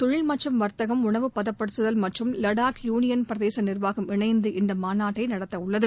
தொழில் மற்றும் வாத்தகம் உணவு பதப்படுத்துதல் மற்றும் வடாக் யுனியன் பிரதேச நிா்வாகம் இணைந்து இந்த மாநாட்டை நடத்தவுள்ளது